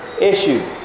issue